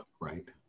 Right